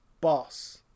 boss